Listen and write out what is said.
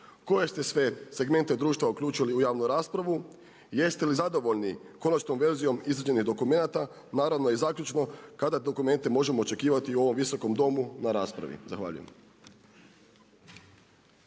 koje ste sve segmente društva uključili u javnu raspravu, jeste li zadovoljni konačnom verzijom izrađenih dokumenata, naravno i zaključno, kada dokumente možemo očekivati u ovom Visokom domu na raspravi. Zahvaljujem.